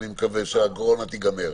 אני מקווה שהקורונה תיגמר.